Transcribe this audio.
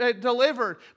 delivered